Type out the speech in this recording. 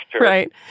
right